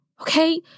Okay